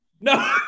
No